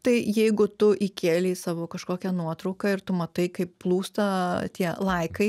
tai jeigu tu įkėlei savo kažkokią nuotrauką ir tu matai kaip plūsta tie laikai